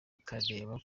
ukareba